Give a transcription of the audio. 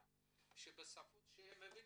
העולים,